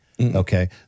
Okay